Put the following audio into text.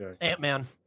ant-man